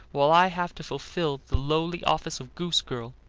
while i have to fulfill the lowly office of goose-girl.